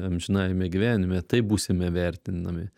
amžinajame gyvenime taip būsime vertinami